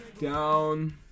down